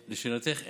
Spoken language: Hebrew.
לשאלתך,